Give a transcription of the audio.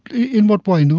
in what way,